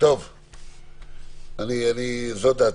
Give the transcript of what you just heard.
זאת דעתי.